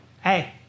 hey